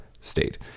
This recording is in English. state